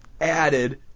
added